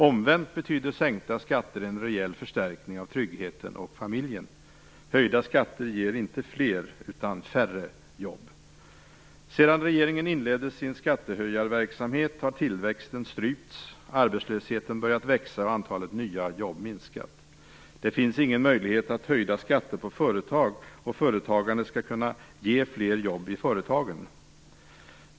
Omvänt betyder sänkta skatter en rejäl förstärkning av tryggheten och familjen. Höjda skatter ger inte fler jobb, utan färre. Sedan regeringen inledde sin skattehöjarverksamhet har tillväxten strypts, arbetslösheten börjat växa och antalet nya jobb minskat. Det finns ingen möjlighet att höjda skatter på företag och företagande skall kunna ge fler jobb i företagen.